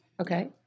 Okay